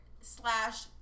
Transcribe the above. slash